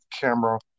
camera